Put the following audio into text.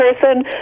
person